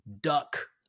duck